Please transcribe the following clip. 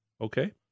Okay